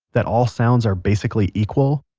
that all sounds are basically equal?